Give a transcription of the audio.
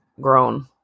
grown